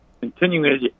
continuing